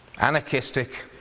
Anarchistic